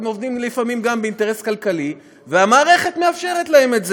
הם עובדים לפעמים גם באינטרס כלכלי והמערכת מאפשרת להם את זה.